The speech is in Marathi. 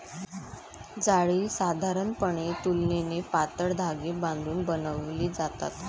जाळी साधारणपणे तुलनेने पातळ धागे बांधून बनवली जातात